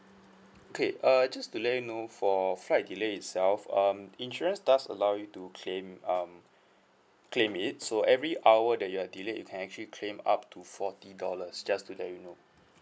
okay err just to let you know for flight delay itself um insurance does allow you to claim um claim it so every hour that you are delayed you can actually claim up to forty dollars just to let you know